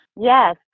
Yes